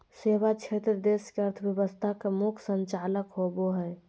सेवा क्षेत्र देश के अर्थव्यवस्था का मुख्य संचालक होवे हइ